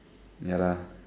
ya lah